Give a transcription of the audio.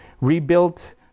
rebuilt